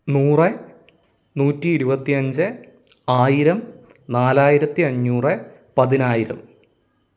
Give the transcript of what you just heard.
നൂറ് നൂറ്റി ഇരപത്തിയഞ്ച് ആയിരം നാലയിരത്തി അഞ്ഞൂറ് പതിനായിരം